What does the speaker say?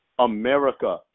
America